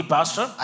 Pastor